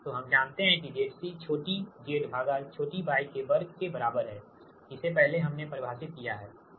तो हम जानते हैं कि ZC छोटी z भागा छोटी y के वर्ग के बराबर है इसे पहले हमने परिभाषित किया है